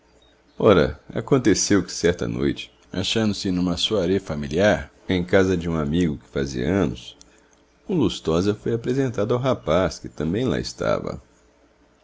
ora aconteceu que certa noite achando-se numa soirée familiar em casa de um amigo que fazia anos o lustosa foi apresentado ao rapaz que também lá estava